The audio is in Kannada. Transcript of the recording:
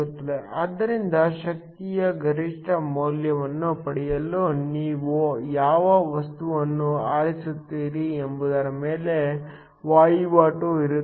ಆದ್ದರಿಂದ ಶಕ್ತಿಯ ಗರಿಷ್ಠ ಮೌಲ್ಯವನ್ನು ಪಡೆಯಲು ನೀವು ಯಾವ ವಸ್ತುವನ್ನು ಆರಿಸುತ್ತೀರಿ ಎಂಬುದರ ಮೇಲೆ ವಹಿವಾಟು ಇರುತ್ತದೆ